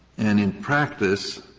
and in practice,